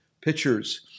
Pitchers